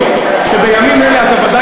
לא, אני